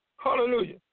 hallelujah